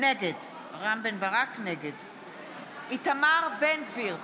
נגד איתמר בן גביר,